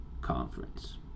conference